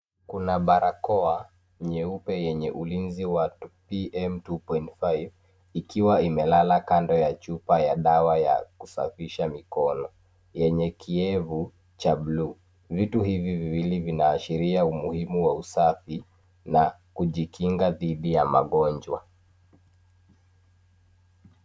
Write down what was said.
Kuna barakoa nyeupe yenye ulinzi wa PM 2.5, ikiwa imelala kando ya chupa ya dawa ya kusafisha mikono yenye kioevu cha buluu. Vitu hivi viwili vinaashiria umuhimu wa usafi na kujikinga dhidi ya magonjwa.